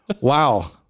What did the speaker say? Wow